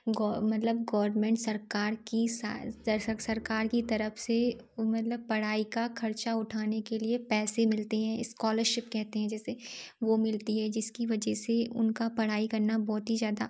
गो मतलब गोवर्मेंट सरकार की सरकार की तरफ़ से उ मतलब पढ़ाई का ख़र्चा उठाने के लिए पैसे मिलते हैं स्कॉलरशिप कहते हैं जिसे वो मिलती है जिसकी वजह से उनकी पढ़ाई करना बहुत ही ज़्यादा